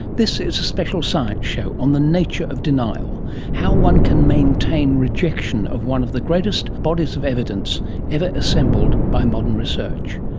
this is a special science show on the nature of denial how one can maintain rejection of one of the greatest bodies of evidence ever assembled by modern research.